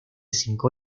cinco